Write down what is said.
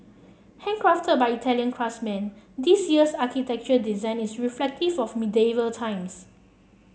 handcrafted by Italian craftsmen this year's architecture design is reflective of medieval times